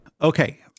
Okay